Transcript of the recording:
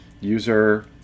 user